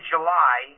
July